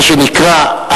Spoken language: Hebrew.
מה שנקרא,